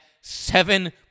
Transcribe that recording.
seven